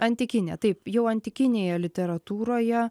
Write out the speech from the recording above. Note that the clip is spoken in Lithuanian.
antikinę taip jau antikinėje literatūroje